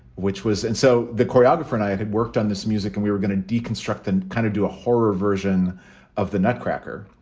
which was. and so the choreographer and i had had worked on this music and we were going to deconstruct and kind of do a horror version of the nutcracker.